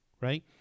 Right